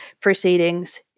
proceedings